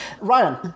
Ryan